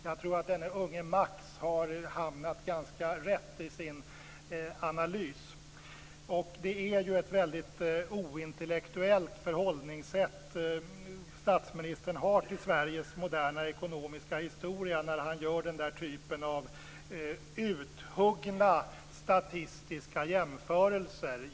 Jag tror att denne unge Max har hamnat ganska rätt i sin analys. Det är ett väldigt ointellektuellt förhållningssätt statsministern har till Sveriges moderna ekonomiska historia när han gör den där typen av uthuggna statistiska jämförelser.